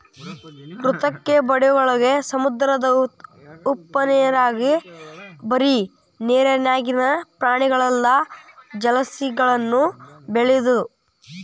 ಕೃತಕ ಬಂಡೆಯೊಳಗ, ಸಮುದ್ರದ ಉಪ್ಪನೇರ್ನ್ಯಾಗು ಬರಿ ನೇರಿನ್ಯಾಗಿನ ಪ್ರಾಣಿಗಲ್ಲದ ಜಲಸಸಿಗಳನ್ನು ಬೆಳಿಬೊದು